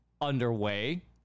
underway